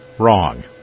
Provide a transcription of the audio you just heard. wrong